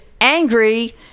angry